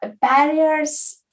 barriers